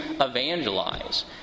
evangelize